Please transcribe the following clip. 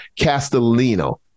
Castellino